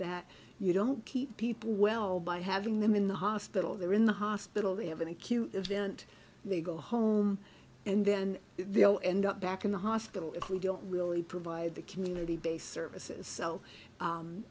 that you don't keep people well by having them in the hospital there in the hospital they have an acute event they go home and then they'll end up back in the hospital if we don't really provide the community based services